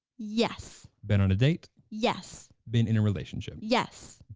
yes. been on a date? yes. been in a relationship? yes.